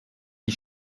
die